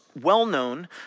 well-known